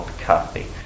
coffee